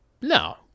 No